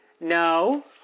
no